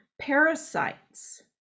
parasites